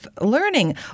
learning